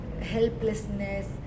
Helplessness